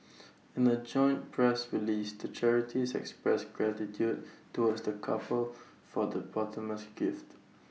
in A joint press release the charities expressed gratitude towards the couple for the posthumous gift